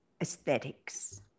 aesthetics